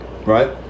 right